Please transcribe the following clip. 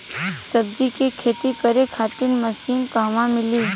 सब्जी के खेती करे खातिर मशीन कहवा मिली?